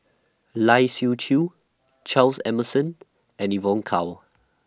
Lai Siu Chiu Charles Emmerson and Evon Kow